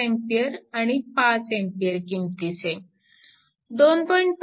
5A आणि 5A किमती चे